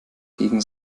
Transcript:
gegen